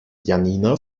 janina